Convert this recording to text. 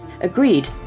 agreed